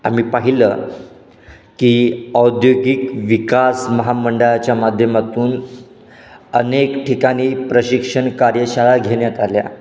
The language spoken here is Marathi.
आम्ही पाहिलं की औद्योगिक विकास महामंडळाच्या माध्यमातून अनेक ठिकाणी प्रशिक्षण कार्यशाळा घेण्यात आल्या